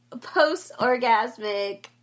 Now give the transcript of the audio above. post-orgasmic